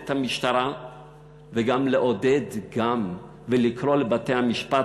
את המשטרה וגם לעודד ולקרוא לבתי-המשפט,